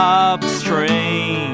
upstream